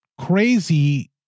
crazy